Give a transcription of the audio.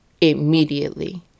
immediately